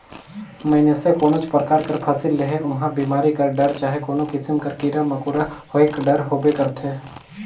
मइनसे कोनोच परकार कर फसिल लेहे ओम्हां बेमारी कर डर चहे कोनो किसिम कर कीरा मकोरा होएक डर होबे करथे